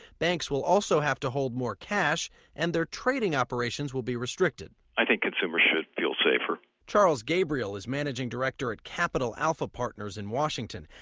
banks will also have to hold more cash and their trading operations will be restricted i think consumers should feel safer charles gabriel is managing director at capital alpha partners in washington.